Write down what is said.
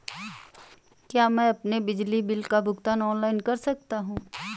क्या मैं अपने बिजली बिल का भुगतान ऑनलाइन कर सकता हूँ?